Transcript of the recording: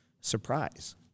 surprise